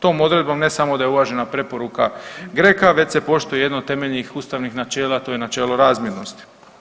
Tom odredbom ne samo da je uvažena preporuka GRECO-a već se poštuje jedno od temeljnih ustavih načela, a to je načelo razmjernosti.